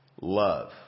love